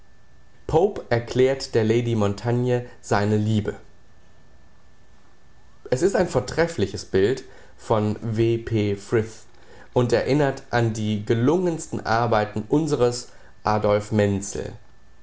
pope erklärt der lady montagne seine liebe es ist ein vortreffliches bild von w p frith und erinnert an die gelungensten arbeiten unseres adolph menzel